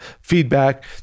feedback